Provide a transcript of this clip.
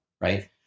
right